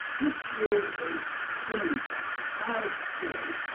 this is a spinning top, a child's toy.